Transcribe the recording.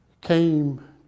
came